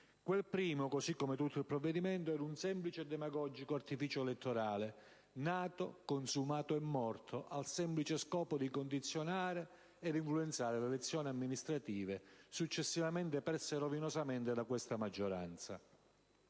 Quel "prime", così come tutto il provvedimento, era un semplice e demagogico artificio elettorale, nato, consumato e morto al semplice scopo di condizionare e influenzare le elezioni amministrative, successivamente perse rovinosamente da questa maggioranza.